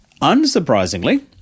Unsurprisingly